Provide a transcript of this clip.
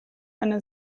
eine